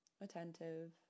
attentive